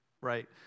right